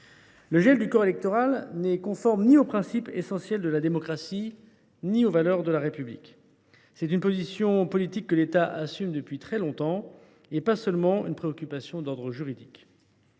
Le gel du corps électoral n’est conforme ni aux principes essentiels de la démocratie ni aux valeurs de la République. C’est une position politique que l’État assume depuis très longtemps et pas seulement une préoccupation d’ordre juridique.